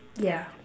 yeah